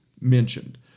mentioned